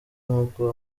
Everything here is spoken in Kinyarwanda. nkuko